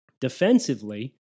Defensively